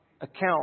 account